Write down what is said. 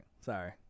Sorry